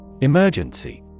Emergency